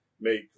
make